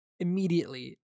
Immediately